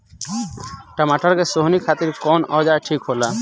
टमाटर के सोहनी खातिर कौन औजार ठीक होला?